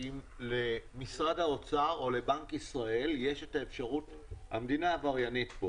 המדינה כאן עבריינית,